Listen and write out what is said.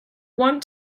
want